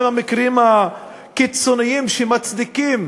מה הם המקרים הקיצוניים שמצדיקים